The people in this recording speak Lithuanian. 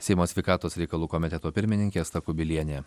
seimo sveikatos reikalų komiteto pirmininkė asta kubilienė